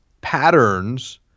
patterns